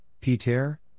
Peter